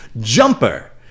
Jumper